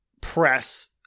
press